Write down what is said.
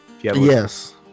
Yes